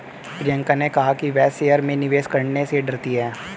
प्रियंका ने कहा कि वह शेयर में निवेश करने से डरती है